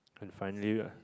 can finally